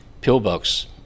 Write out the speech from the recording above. pillbox